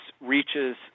reaches